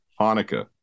Hanukkah